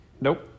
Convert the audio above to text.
Nope